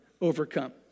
overcome